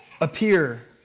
appear